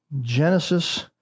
Genesis